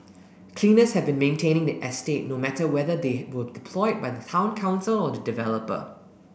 cleaners have been maintaining the estate no matter whether they were deployed by the Town Council or the developer